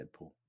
Deadpool